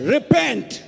Repent